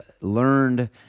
learned